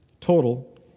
Total